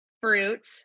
fruit